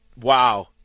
wow